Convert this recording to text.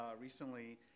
recently